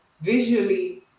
visually